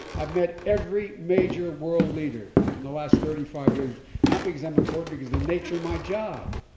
i've met every major world leader in the last thirty five years not because i'm important because the nature my job,